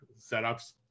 setups